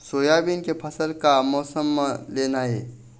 Soybean के फसल का मौसम म लेना ये?